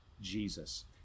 jesus